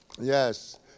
Yes